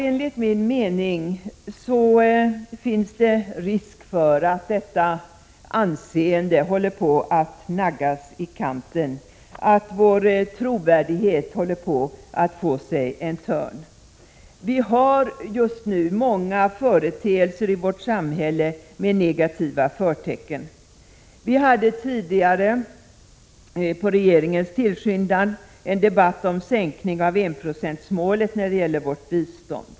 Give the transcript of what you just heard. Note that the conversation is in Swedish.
Enligt min mening finns det risk för att detta anseende håller på att naggas i kanten, och vår trovärdighet håller på att få sig en törn. Vi har just nu många företeelser i vårt samhälle med negativa förtecken. Vi hade tidigare — på regeringens tillskyndan — en debatt om sänkning av enprocentsmålet när det gäller vårt bistånd.